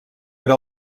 era